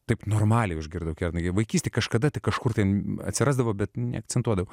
taip normaliai užgirdau kernagį vaikystėj kažkada tai kažkur ten atsirasdavo bet neakcentuodavau